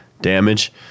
damage